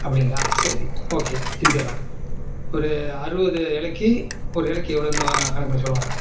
அப்படிங்களா சரி ஓகே செஞ்சிடுறேன் ஒரு அறுபது இலைக்கி ஒரு இலைக்கி எவ்வளோன்னு கணக்குப் பண்ணி சொல்லுங்களேன்